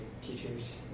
teachers